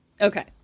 Okay